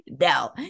no